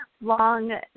long